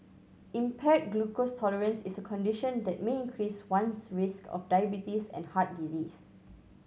impaired glucose tolerance is a condition that may increase one's risk of diabetes and heart disease